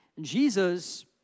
Jesus